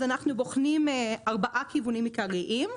אנחנו בוחנים ארבעה כיוונים עיקריים.